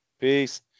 Peace